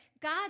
God